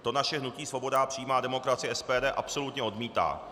To naše hnutí Svoboda a přímá demokracie, SPD, absolutně odmítá.